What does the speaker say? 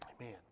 Amen